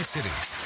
Cities